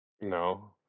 No